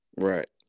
Right